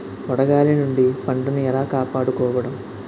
వడగాలి నుండి పంటను ఏలా కాపాడుకోవడం?